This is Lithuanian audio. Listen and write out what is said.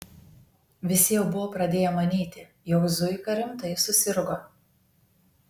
visi jau buvo pradėję manyti jog zuika rimtai susirgo